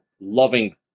loving